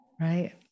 right